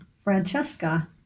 Francesca